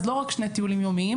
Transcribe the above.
אז לא רק שני טיולים יומיים,